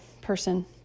person